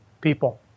people